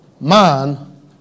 man